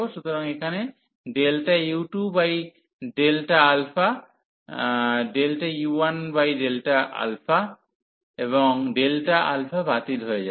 সুতরাং এখানে u2 u1 এবং Δα বাতিল হয়ে যাবে